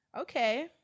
Okay